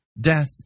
Death